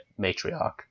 matriarch